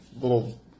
little